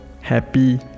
happy